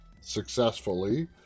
successfully